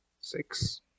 six